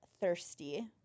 thirsty